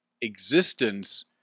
existence